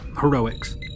heroics